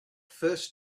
first